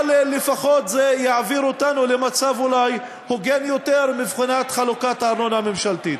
אבל לפחות יעביר אותנו למצב הוגן יותר מבחינת חלוקת הארנונה הממשלתית.